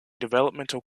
developmental